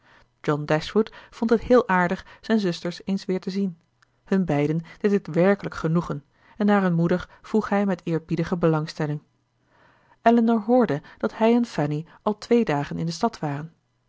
vond het heel aardig zijn zusters eens weer te zien hun beiden deed het werkelijk genoegen en naar hun moeder vroeg hij met eerbiedige belangstelling elinor hoorde dat hij en fanny al twee dagen in de stad waren